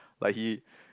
like he